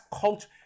culture